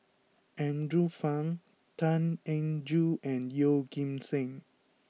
Andrew Phang Tan Eng Joo and Yeoh Ghim Seng